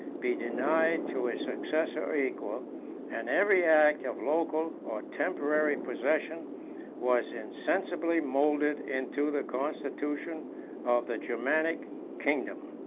be denied to his successor or equal and every act of local or temporary possession was insensibly moulded into the constitution of the germanic kingdom.